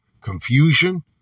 confusion